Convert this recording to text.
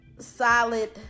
Solid